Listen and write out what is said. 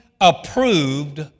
approved